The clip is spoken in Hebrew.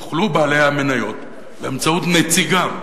יוכלו בעלי המניות באמצעות נציגם,